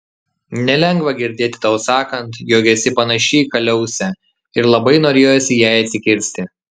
nelengva girdėti tau sakant jog esi panaši į kaliausę ir labai norėjosi jai atsikirsti